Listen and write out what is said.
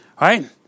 right